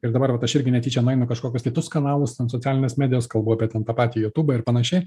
ir dabar vat aš irgi netyčia nueinu į kažkokius kitus kanalus ten socialinės medijos kalbu apie ten tą patį jutubą ir panašiai